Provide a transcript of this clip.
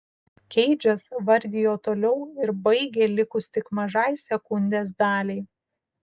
keidžas vardijo toliau ir baigė likus tik mažai sekundės daliai